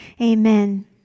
amen